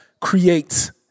creates